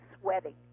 sweating